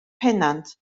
pennant